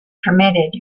permitted